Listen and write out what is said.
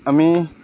আমি